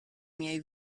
miei